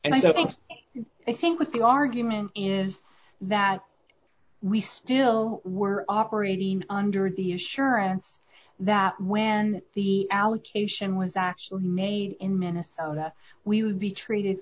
and i think i think with the argument is that we still were operating under the assurance that when the allocation was actually made in minnesota we would be treated